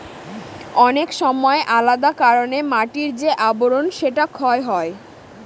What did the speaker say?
অনেক সময় আলাদা কারনে মাটির যে আবরন সেটা ক্ষয় হয়